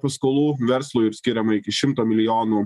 paskolų verslui ir skiriame iki šimto milijonų